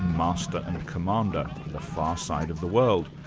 master and commander the far side of the world,